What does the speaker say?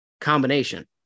combination